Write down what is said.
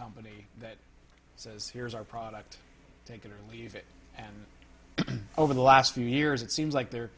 company that says here's our product take it or leave it and over the last few years it seems like there